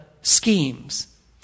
schemes